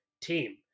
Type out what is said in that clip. team